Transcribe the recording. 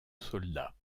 soldats